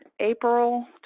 April